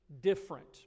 different